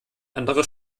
andere